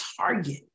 target